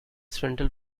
central